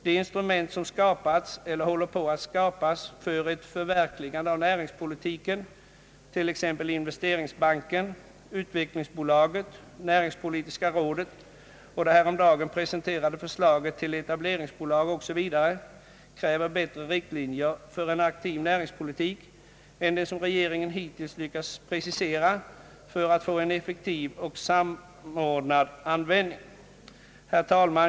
De instrument som skapats eller håller på att skapas för ett förverkligande av näringspolitiken, t.ex. investeringsbanken, utvecklingsbolaget, näringspolitiska rådet och det häromdagen presenterade förslaget till etableringsbolag, kräver bättre riktlinjer för en aktiv näringspolitik än den som regeringen hittills lyckats precisera för att få en effektiv och samordnad användning.